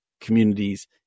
communities